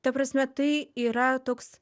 ta prasme tai yra toks